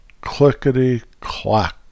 clickety-clack